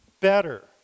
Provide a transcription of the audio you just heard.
better